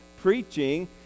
preaching